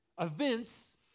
events